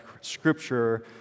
scripture